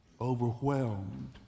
Overwhelmed